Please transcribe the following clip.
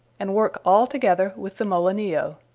and worke all together with the molenillo,